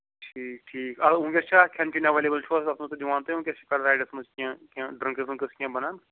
ٹھیٖک ٹھیٖک اَدٕ وُنکٮ۪س چھا اتھ کھٮ۪ن چٮ۪ن ایٚویلیبُل چھُوا حظ تَتھ منٛز دِوان تُہۍ وُنکٮ۪س چھِ رایڈَس منٛز کیٚنٛہہ کیٚنٛہہ ڈرٛنٛکٕس وِنکٕس کیٚنٛہہ بَنان